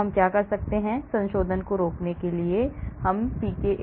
तो हम क्या कर सकते हैं संशोधन को रोकने के लिए हम क्या कर सकते हैं